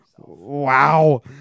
wow